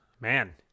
Man